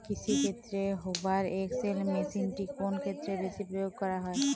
কৃষিক্ষেত্রে Hoover XL মেশিনটি কোন ক্ষেত্রে বেশি প্রয়োগ করা হয়?